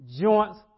joints